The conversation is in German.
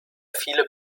viele